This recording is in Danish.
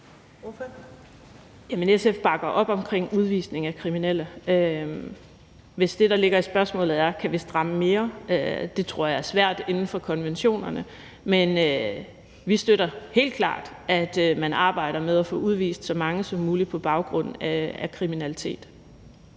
SF bakker op om udvisning af kriminelle. Hvis det, der ligger i spørgsmålet, er, om vi kan stramme mere, vil jeg sige, at det tror jeg er svært inden for konventionerne. Men vi støtter helt klart, at man arbejder med at få udvist så mange som muligt på baggrund af kriminalitet.